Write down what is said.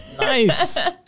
Nice